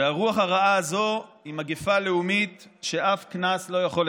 הרוח הרעה הזאת היא מגפה לאומית שאף קנס לא יכול לתקן.